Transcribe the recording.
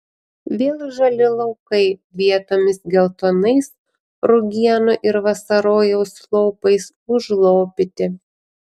vėl žali laukai vietomis geltonais rugienų ir vasarojaus lopais užlopyti